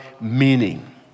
meaning